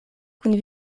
kun